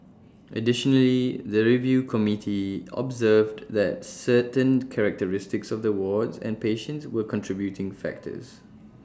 additionally the review committee observed that certain characteristics of the ward and patients were contributing factors